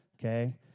Okay